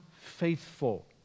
faithful